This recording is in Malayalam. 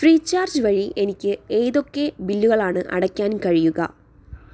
ഫ്രീചാർജ് വഴി എനിക്ക് ഏതൊക്കെ ബില്ലുകളാണ് അടയ്ക്കാൻ കഴിയുക